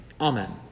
Amen